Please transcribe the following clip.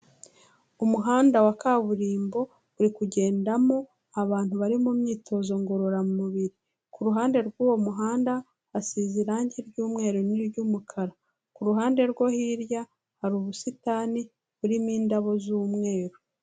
Umuhanda wa kaburimbo, uri kugendamo abantu bari mu myitozo ngororamubiri. Ku ruhande rw'uwo muhanda, hasize irange ry'umweru n'iry'umukara. Ku ruhande rwo hirya, hari ubusitani burimo indabo z'umweru.